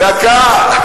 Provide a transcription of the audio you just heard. דקה.